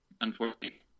unfortunately